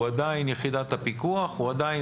הוא עדיין יחידת הפיקוח, הוא עדיין